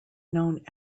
known